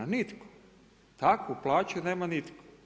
Nitko, takvu plaću nema nitko.